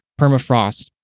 permafrost